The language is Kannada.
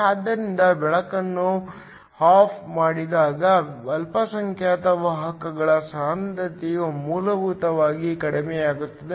ಆದ್ದರಿಂದ ಬೆಳಕನ್ನು ಆಫ್ ಮಾಡಿದಾಗ ಅಲ್ಪಸಂಖ್ಯಾತ ವಾಹಕಗಳ ಸಾಂದ್ರತೆಯು ಮೂಲಭೂತವಾಗಿ ಕಡಿಮೆಯಾಗುತ್ತದೆ